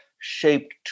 shaped